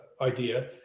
idea